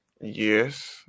Yes